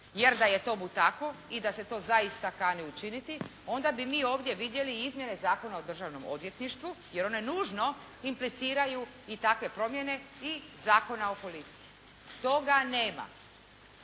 Jer da je tomu tako i da se to zaista kani učiniti onda bi mi ovdje vidjeli izmjene Zakona o državnom odvjetništvu jer one nužno impliciraju i takve promjene i Zakona o policiji. Toga nema.